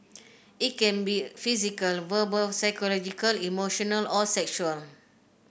it can be physical verbal psychological emotional or sexual